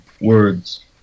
words